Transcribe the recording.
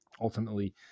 ultimately